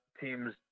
teams